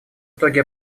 итоге